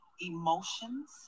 emotions